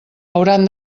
hauran